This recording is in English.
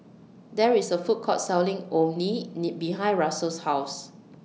There IS A Food Court Selling Orh Nee Nee behind Russell's House